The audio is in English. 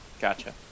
Gotcha